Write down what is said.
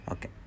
Okay